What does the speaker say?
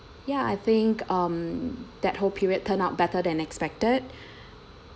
ya I think um that whole period turn out better than expected